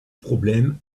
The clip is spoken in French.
problème